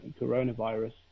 coronavirus